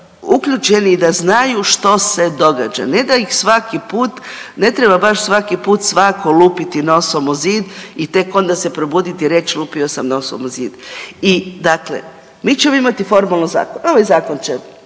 uključeni da znaju što se događa. Ne da ih svaki put, ne treba baš svaki put svako lupiti nosom o zid i tek onda se probuditi i reći lupio sam nosom o zid. I dakle, mi ćemo imati formalno zakon, ovaj zakon će